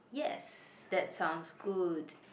yes that sounds good